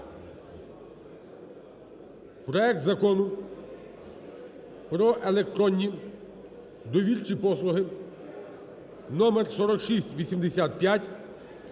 проект Закону про електронні довірчі послуги (номер 4685)